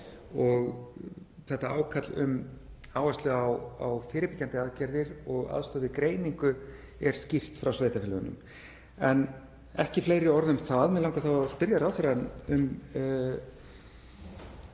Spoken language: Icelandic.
Þetta ákall um áherslu á fyrirbyggjandi aðgerðir og aðstoð við greiningu er skýrt frá sveitarfélögunum, en ekki fleiri orð um það. Mig langar að spyrja ráðherrann um